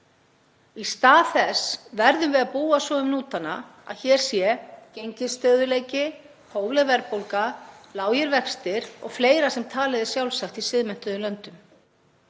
Í stað þess verðum við að búa svo um hnútana að hér sé gengisstöðugleiki, hófleg verðbólga, lágir vextir og fleira sem talið er sjálfsagt í siðmenntuðum löndum.